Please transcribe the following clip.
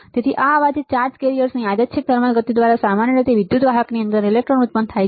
તેથી આ અવાજ ચાર્જ કેરિયર્સની યાદચ્છિક થર્મલ ગતિ દ્વારા સામાન્ય રીતે વિદ્યુત વાહકની અંદર ઇલેક્ટ્રોન ઉત્પન્ન થાય છે